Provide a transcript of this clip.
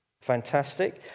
Fantastic